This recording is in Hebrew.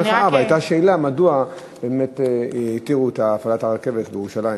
מחאה אבל הייתה שאלה מדוע התירו את הפעלת הרכבת בירושלים.